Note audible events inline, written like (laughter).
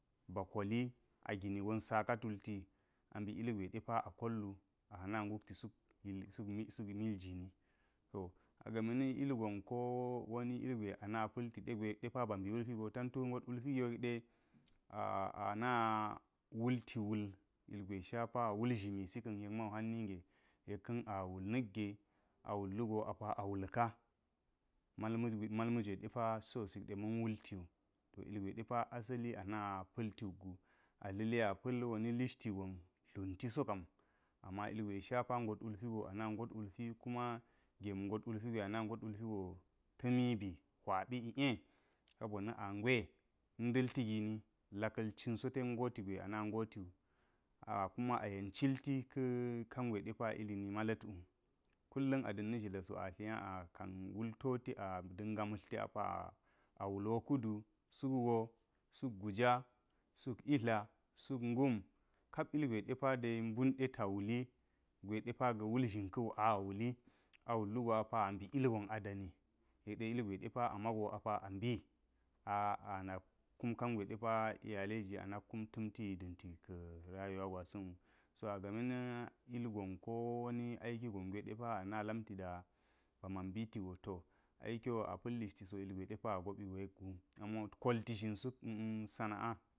Ba koli a gini gon saka tulti a mbi ilgwe depa a kolluwu a na ngukti suk (hesitation) mil gini to yame na̱ ilgon kowoni ilgwe ana pa̱lti depa ba mbi wulpi go tantu got wulpi giwo yek di a-ana wulti wul ilgwe shapa wul zhimi sa̱ ka̱n yek ka̱n – awul nigge apa a wul lugo apa awulka mal ma̱jwe dipa sosikɗe ma̱n wultiwu. To ilgwe depa asali a ne pa̱lti wukgu a tlili ya pa̱l wani lushti gon dlunti so ka̱m ama ilgwe shapa gwot wulp go ana gwot wulpi, kuma gem gwot wulpi go ta̱mi bi hwaɓi i’e sabo na̱ a ngwe na̱ nda̱l ti gini laka̱l cinsa ten ngo tigwe a na ngotiwu. A kuma a yen cilti ka̱ kan, we da ili nima la̱t wu, kullum o da̱n na̱ hi la si a hinga a kan wul toti o da̱nga ma̱tlti apa a wul wakuɗu suk woo sak guja suk itla suk ngum kap ilgwe depa de mbinɗe ta wuli gwe depa ga̱ wul zhin ka̱wu awuli a wuluga opa a mbi ilgon adani yek ɗe ilgwe depa amago apa ambi, a-a nak kum kangwe nak iualai ji a nak kum ta̱nti danti ga rayuwa girasa̱n wu, so aganu ni ilgon ko woni aiki gen depa ana lamti da ta man mbiti go to aiki wo a pal lishti so ilgwe depa a go bi go yekgu, amo kolti zhin suk sana’a.